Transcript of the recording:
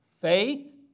Faith